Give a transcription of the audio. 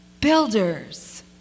Builders